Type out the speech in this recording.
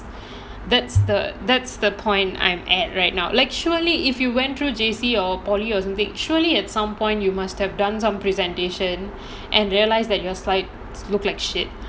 that's the that's the point I'm at right now like surely if you went through J_C or polytechnic or something surely at some point you must have done some presentation and realise that your slides look like shit